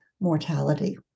mortality